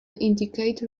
indicate